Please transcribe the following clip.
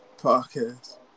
podcast